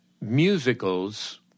musicals